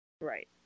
Right